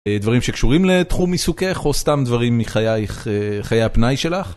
דברים שקשורים לתחום עיסוקך או סתם דברים מחייך, חיי הפנאי שלך.